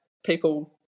people